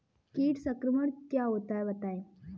कीट संक्रमण क्या होता है बताएँ?